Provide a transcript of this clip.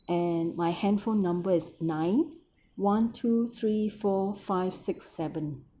and my handphone number is nine one two three four five six seven